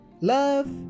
love